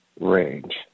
range